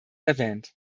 erwähnt